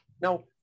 Now